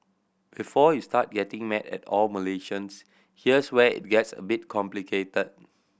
before you start getting mad at all Malaysians here's where it gets a bit complicated